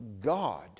God